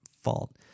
fault